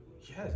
yes